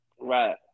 Right